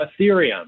Ethereum